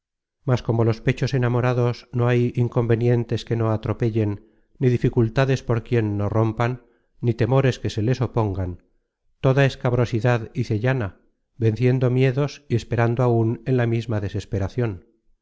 mas como los pechos enamorados no hay inconvenientes que no atropellen ni dificultades por quien no rompan ni temores que se les opongan toda escabrosidad hice llana venciendo miedos y esperando aún en la misma desesperacion